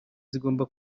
zigomba